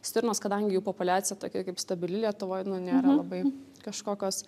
stirnos kadangi jų populiacija tokia kaip stabili lietuvoj nu nėra labai kažkokios